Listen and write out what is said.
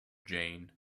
jane